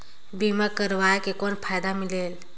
बीमा करवाय के कौन फाइदा मिलेल?